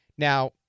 Now